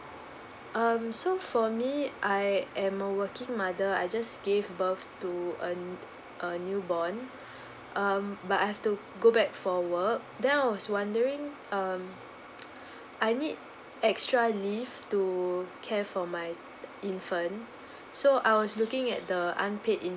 um so for me I am a working mother I just gave birth to an a newborn um but I have to go back for work then I was wondering um I need extra leave to care for my infant so I was looking at the unpaid